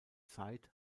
zeit